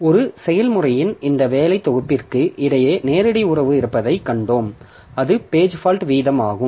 ஒரு செயல்முறையின் இந்த வேலை தொகுப்பிற்கு இடையே நேரடி உறவு இருப்பதை கண்டோம் அது பேஜ் ஃபால்ட் வீதமாகும்